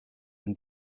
and